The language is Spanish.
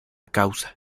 causa